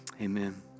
amen